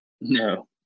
No